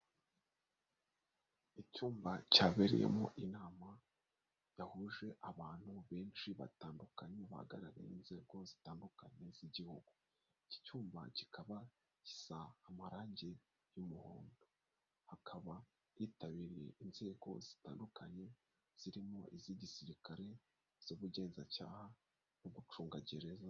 Icyumba cyabereyemo inama yahuje abantu benshi batandukanye bahagarariye inzego zitandukanye z'igihugu, iki cyumba kikaba gisa amarangi y'umuhondo, hakaba hitabiriye inzego zitandukanye zirimo iz'igisirikare, iz'ubugenzacyaha, ugucunga gereza.